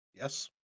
Yes